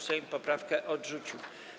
Sejm poprawkę odrzucił.